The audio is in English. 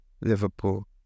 Liverpool